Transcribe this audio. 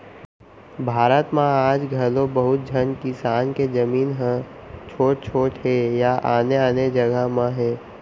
भारत म आज घलौ बहुत झन किसान के जमीन ह छोट छोट हे या आने आने जघा म हे